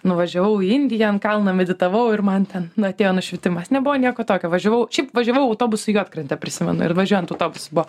nuvažiavau į indiją ant kalno meditavau ir man ten na atėjo nušvitimas nebuvo nieko tokio važiavau šiaip važiavau autobusu į juodkrantę prisimenu ir važiuojant vat toks buvo